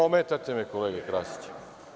Ometate me, kolega Krasiću.